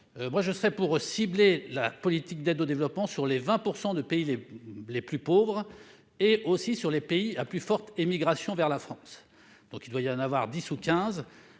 Sud. Je serais pour que l'on cible la politique d'aide au développement sur les 20 % de pays les plus pauvres et sur les pays à plus forte émigration vers la France ; il doit y en avoir 10 ou 15.